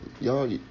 Y'all